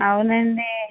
అవును అండి